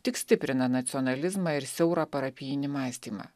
tik stiprina nacionalizmą ir siaurą parapijinį mąstymą